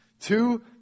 Two